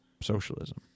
socialism